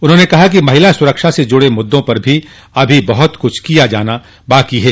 उन्होंने कहा कि महिला सुरक्षा से जुड़े मुद्दों पर भी अभी बहुत कुछ किया जाना बाकी है